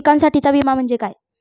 पिकांसाठीचा विमा म्हणजे काय?